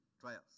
Trials